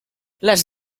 les